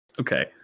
Okay